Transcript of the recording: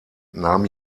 nahm